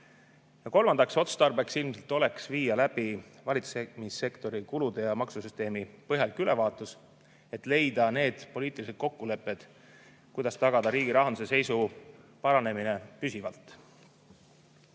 kolmandaks, otstarbekas ilmselt oleks viia läbi valitsussektori kulude ja maksusüsteemi põhjalik ülevaatus, et leida need poliitilised kokkulepped, kuidas tagada riigi rahanduse seisu paranemine püsivalt. Miks